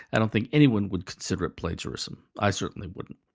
i don't think anyone would consider it plagiarism. i certainly wouldn't.